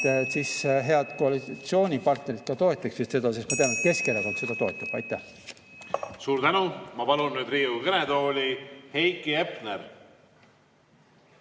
– siis head koalitsioonipartnerid ka toetaksid seda, sest ma tean, et Keskerakond seda toetab. Aitäh! Suur tänu! Ma palun nüüd Riigikogu kõnetooli Heiki Hepneri.